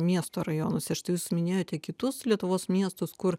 miesto rajonuose štai jūs minėjote kitus lietuvos miestus kur